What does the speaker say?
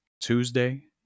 Tuesday